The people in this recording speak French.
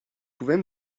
pouvez